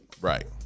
right